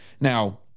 Now